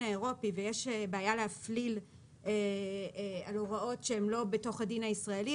אירופי ויש בעיה להפליל על ההוראות שהן לא בתוך הדין הישראלי,